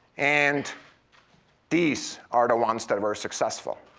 and these are the ones that were successful.